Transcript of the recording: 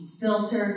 filter